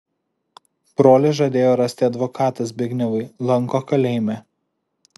brolis žadėjo rasti advokatą zbignevui lanko kalėjime